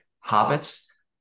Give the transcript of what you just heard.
habits